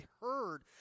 heard